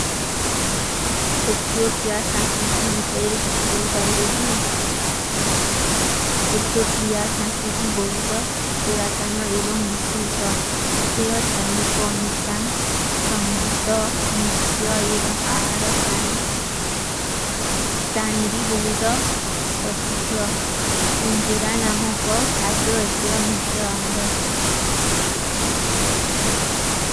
ଏଥିଯୋ ପ୍ରିଯାର ସାଂସ୍କୁରିତୀ ମୀ ଶୀରେ କିଛୀ କହୀ ପାଡେ ହୈ କୀ?। ଏଥିଯୋ ପ୍ରିଯାର ସଃସ୍କୁରିତୀ ଭୂଧ ପୂରାତନ ଏବଂଗ ଵିଶ୍ଯେ ଶା। ଏଥିଯୀରୋ ଧର୍ମୀ କୋ ଅନୁଷ୍ଟଣ, ସଂଗୀତ, ନୂତ୍ଯା ଏବଂଗ ଆଃରବାନୀ। ତନୀରୀ ବୁହୁତା ପ୍ରସିଦ୍ଯା, ଇଂଜିରା ନମା କା ଖାଦେ ଵଲ୍କୀରା ମୁଖ୍ଯା ଆହରା।